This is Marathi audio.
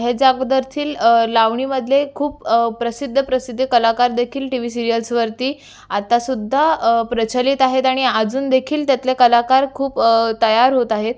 ह्याच्या अगोदरथील लावणीमधले खूप प्रसिद्ध प्रसिद्ध कलाकार देखील टी वी सिरियल्सवरती आतासुद्धा प्रचलित आहेत आणि अजूनदेखील त्यातले कलाकार खूप तयार होत आहेत